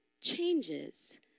changes